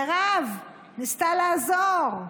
מירב ניסתה לעזור,